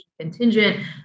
contingent